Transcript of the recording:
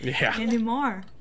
Anymore